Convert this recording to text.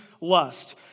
lust